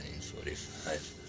1945